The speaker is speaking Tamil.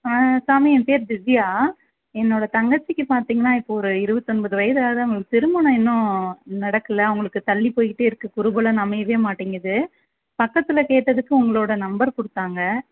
சாமி என் பேர் திவ்யா என்னோடய தங்கச்சிக்கு பார்த்தீங்கன்னா இப்போது ஒரு இருபத்தொன்பது வயதாகுது அவர்களுக்கு திருமணம் இன்னும் நடக்கல அவர்களுக்கு தள்ளி போய்கிட்டே இருக்குது குருபலன் அமையவே மாட்டேங்குது பக்கத்தில் கேட்டதுக்கு உங்களோடய நம்பர் கொடுத்தாங்க